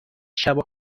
شبا